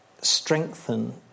Strengthen